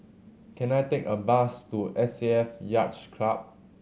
can I take a bus to S A F Yacht Club